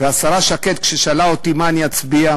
כשהשרה שקד שאלה אותי מה אני אצביע,